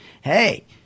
hey